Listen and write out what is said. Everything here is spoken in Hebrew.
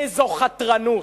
איזו חתרנות.